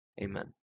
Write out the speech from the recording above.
Amen